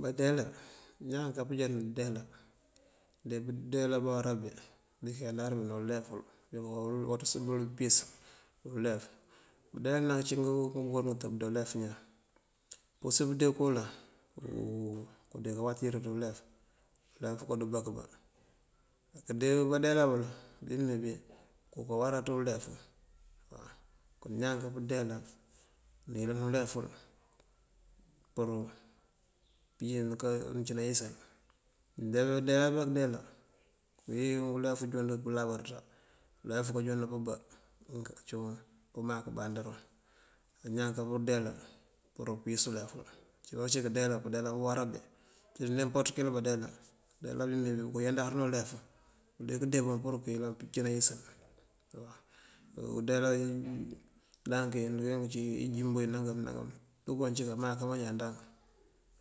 Báandeela, iñaan akáapënjá núundeela, nëëndee báandeela bawárábí, bí káyándar bí dí uleful, dí bíi káwáţësël bí pëyës ulef. Báandeela ajá ngëëncí ngëëwac ngëtëb dí ulef iñaan. Uusi mëënde kooloŋ dí káawatir dí ulef, undaf koodú báabá báandeela báandeela baloŋ bíimeenbí boko awárá tí ulef iñaan. Koondeela, mëëyëlan uleful, pur pëëyël káancí máyësël. Ndeeláaţ báankëëndeela, kíiwín ulef júnd pëëláabáaţá, ulef káanjúnd pebá unk cíiwun pëëmak mbádaríw, iñaan akápundeela pur pëyës ulefël. Ajooncí këëndeela, báandeela báawárábí, ciţ nemporët kel báandeela, báandeela, bíimeembí boko ayáandar dí ulefú. Mëëndee këëndeebël, këyëlan pëëncí nayëësël, ideela indank ajoo iroŋ incíi injumbo nánkam nánkan, yookoncí káamáankan bañaan daal.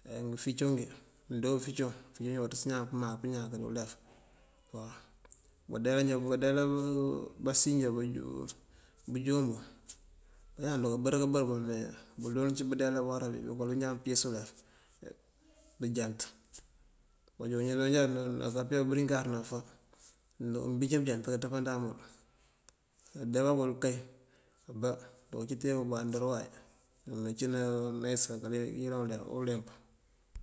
Meengëfincoŋ ngí, mëëndee ufincoŋ, aja awátës iñaan pëëñaak dí ulef. Báandeelanjá, báandeela básinjá bëënjoon bun, bañaan duka bërëkëëbër bël me búujoo cí báandeela báawárábí; bëënjant. Báanjon ajoojo náaka pëya bëëlíingar bëfa, nëënginj bëënjant kaantëmpaanmul. na eemba bël kay mbá arúkancí tee umbandar uway, mëëncí nayësal, iyëlan uleemp.